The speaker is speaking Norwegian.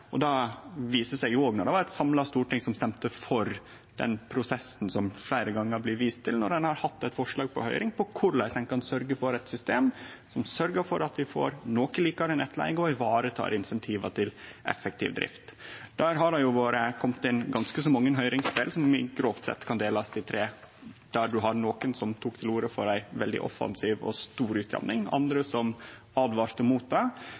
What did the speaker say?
Det viste seg også då eit samla storting stemte for den prosessen, som det fleire gonger er blitt vist til, der ein hadde eit forslag på høyring om korleis ein kan få eit system som sørgjer for at vi får noko likare nettleige og varetek insentiva til effektiv drift. Der har det kome inn ganske mange høyringsinnspel som grovt sett kan delast inn i tre. Det var nokon som tok til orde for ei veldig offensiv og stor utjamning, andre åtvara mot det,